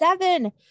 seven